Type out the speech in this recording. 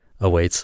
awaits